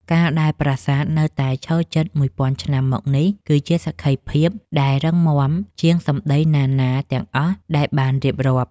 ការដែលប្រាសាទនៅតែឈរជិតមួយពាន់ឆ្នាំមកនេះគឺជាសក្ខីភាពដែលរឹងមាំជាងសម្តីណាៗទាំងអស់ដែលបានរៀបរាប់។